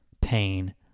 Pain